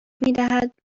میدهد